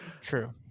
True